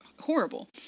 Horrible